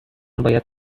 باید